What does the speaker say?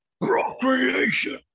Procreation